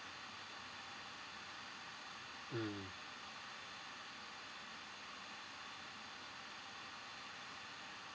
mm